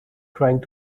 trying